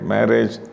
Marriage